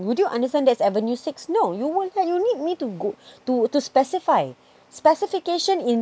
would you understand that's avenue six no you would you need me to go to to specify specification in